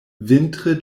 vintre